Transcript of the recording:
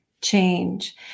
change